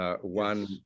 one